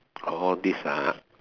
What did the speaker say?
orh this uh